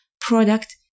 product